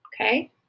okay